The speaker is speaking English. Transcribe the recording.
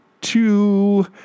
two